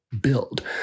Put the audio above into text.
build